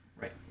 Right